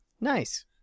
Nice